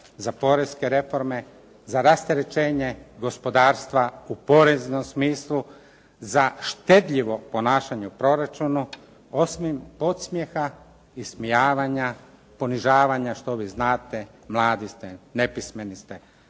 za poreske reforme za rasterećenje gospodarstva u poreznom smislu, za štedljivo ponašanje u proračunu. Osim podsmijeha i ismijavanja, ponižavanja što vi znate, mladi ste, nepismeni ste,